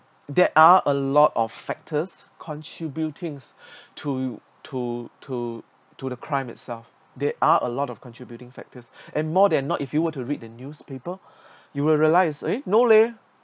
there are a lot of factors contributing to to to to the crime itself there are a lot of contributing factors and more than not if you were to read the newspaper you will realise eh no leh